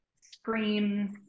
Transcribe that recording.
screams